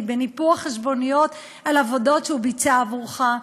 בניפוח חשבוניות על עבודות שהוא ביצע עבורך,